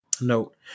Note